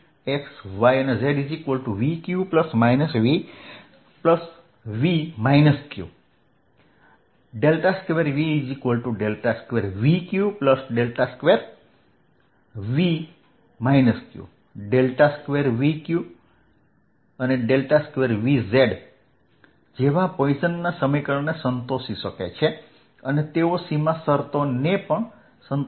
VxyzVqV q 2V2Vq2V q 2Vq 2Vzજેવા પોઇસનના સમીકરણને સંતોષે છે અને તેઓ સીમા શરતોને પણ સંતોષે છે